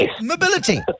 mobility